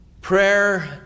Prayer